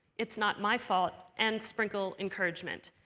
it's not my fault, and sprinkle encouragement.